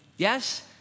Yes